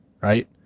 right